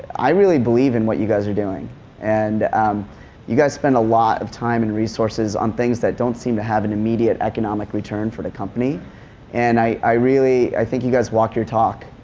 i really believe in what you guys are doing and um you guys spend a lot of time and resources on things that donit seem to have an immediate economic return for the company and i i really, i think you guys walk your talk.